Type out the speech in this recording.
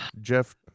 Jeff